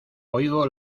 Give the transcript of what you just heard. oigo